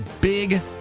big